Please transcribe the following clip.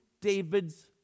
David's